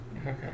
Okay